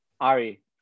Ari